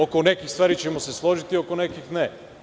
Oko nekih stvari ćemo se složiti, oko nekih ne.